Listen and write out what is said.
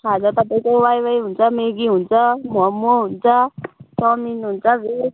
खाजा तपाईँको वाइवाइ हुन्छ म्यागी हुन्छ मोमो हुन्छ चाउमिन हुन्छ भेज